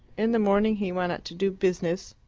in the morning he went out to do business,